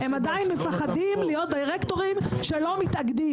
העניין של פטור מתאגוד